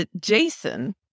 Jason